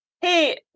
hey